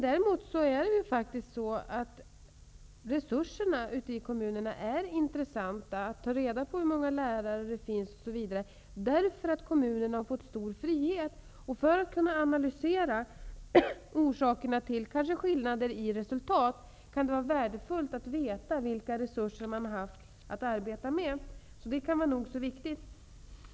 Däremot är det faktiskt intressant att ta reda på vilka resurser som finns ute i kommunerna, hur många lärare som finns osv. Kommunerna har fått stor frihet. För att kunna analysera orsakerna till skillnader i resultat, kan det vara värdefullt att veta vilka resurser man har haft att arbeta med. Det kan vara nog så viktigt.